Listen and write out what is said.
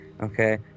Okay